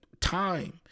time